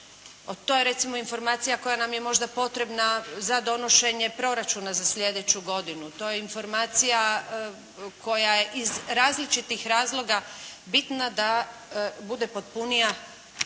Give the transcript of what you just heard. To je recimo informacija koja nam je možda potrebna za donošenje proračuna za slijedeću godinu. To je informacija koja iz različitih razloga bitna da bude potpunija,